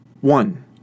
One